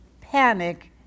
panic